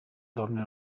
donne